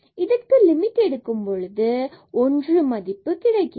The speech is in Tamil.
இதற்கு லிமிட் எடுக்கும்பொழுது ஒன்று மதிப்பு கிடைக்கிறது